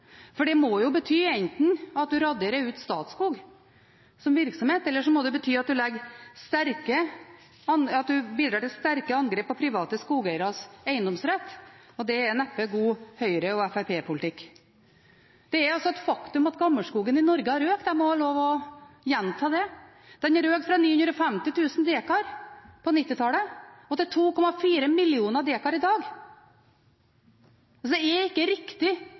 Det må bety enten at man utraderer Statskog som virksomhet, eller det må bety at man bidrar til sterke angrep på private skogeieres eiendomsrett, og det er neppe god Høyre- og Fremskrittsparti-politikk. Det er et faktum at gammelskogen i Norge har økt – jeg må få lov til å gjenta det. Den har økt fra 950 000 dekar på 1990-tallet til 2,4 millioner dekar i dag. Så den er ikke riktig,